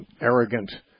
arrogant